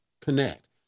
connect